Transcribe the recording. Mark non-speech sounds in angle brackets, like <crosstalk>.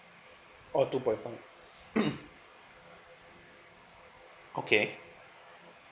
oh two point five <coughs> okay